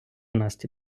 насті